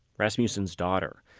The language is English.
rasmussen's daughter,